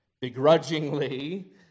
Begrudgingly